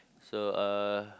so uh